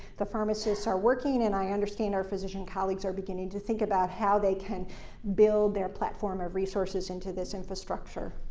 the pharmacists are working, and i understand our physician colleagues are beginning to think about how they can build their platform of resources into this infrastructure.